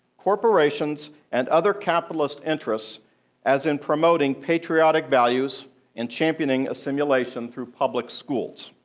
corporations and other capitalist interests as in promoting patriotic value and championing assimilation through public schools.